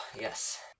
yes